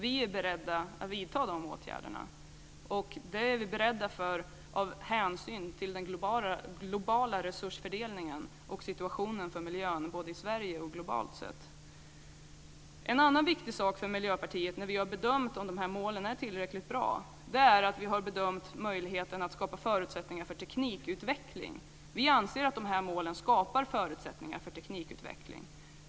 Vi är beredda att vidta de åtgärderna. Det är vi beredda till av hänsyn till den globala resursfördelningen och situationen för miljön både i Sverige och globalt sett. En annan viktig sak för Miljöpartiet, när vi har bedömt om de här målen är tillräckligt bra, är möjligheten att skapa förutsättningar för teknikutveckling. Vi anser att de här målen skapar förutsättningar för teknikutveckling.